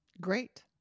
Great